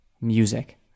music